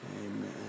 Amen